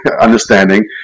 understanding